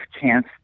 chance